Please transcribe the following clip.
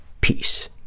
Peace